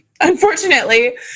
unfortunately